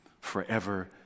forever